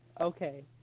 Okay